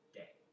day